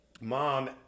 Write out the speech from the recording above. mom